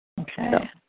Okay